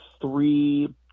three